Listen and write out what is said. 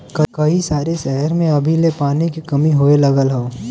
कई सारे सहर में अभी ले पानी के कमी होए लगल हौ